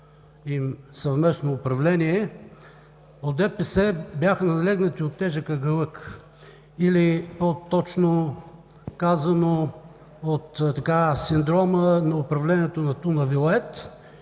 им съвместно управление, от ДПС бяха налегнати от тежък агалък, или, по-точно казано, от синдрома на управлението на Туна вилает